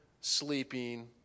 sleeping